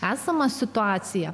esamą situaciją